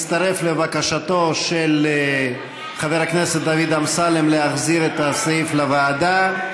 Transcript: מצטרף לבקשתו של חבר הכנסת דוד אמסלם להחזיר את הסעיף לוועדה,